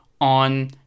on